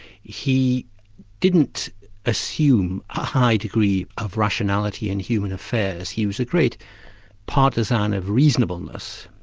he didn't assume a high degree of rationality in human affairs. he was a great partisan of reasonableness,